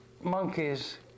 monkey's